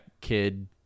kid